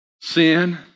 sin